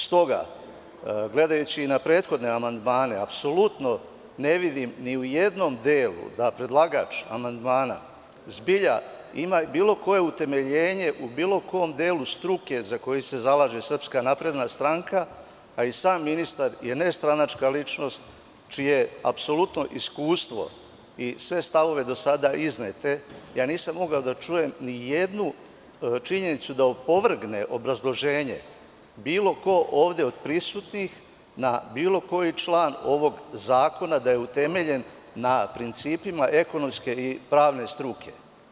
S toga, gledajući na prethodne amandmane, apsolutno ne vidim ni u jednom delu da predlagač amandmana zbilja ima bilo koje utemeljenje u bilo kom delu struke za koji se zalaže SNS, a i sam ministar je nestranačka ličnost, čije apsolutno iskustvo i sve stavove do sada iznete ja nisam mogao da čujem ni jednu činjenicu da opovrgne obrazloženje bilo ko ovde od prisutnih na bilo koji član ovog zakona, a da je utemeljen na principima ekonomske i pravne struke.